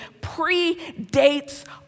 predates